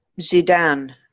Zidane